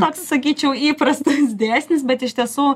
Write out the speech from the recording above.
toks sakyčiau įprastas dėsnis bet iš tiesų